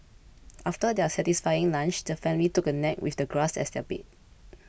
after their satisfying lunch the family took a nap with the grass as their bed